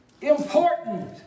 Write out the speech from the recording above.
Important